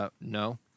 No